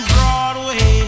Broadway